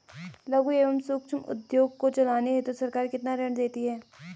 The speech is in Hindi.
लघु एवं सूक्ष्म उद्योग को चलाने हेतु सरकार कितना ऋण देती है?